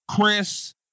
Chris